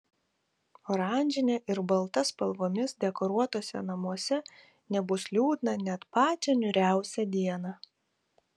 oranžine ir balta spalvomis dekoruotuose namuose nebus liūdna net pačią niūriausią dieną